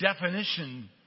definition